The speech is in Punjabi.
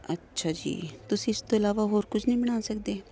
ਅੱਛਾ ਜੀ ਤੁਸੀਂ ਇਸ ਤੋਂ ਇਲਾਵਾ ਹੋਰ ਕੁਛ ਨਹੀਂ ਬਣਾ ਸਕਦੇ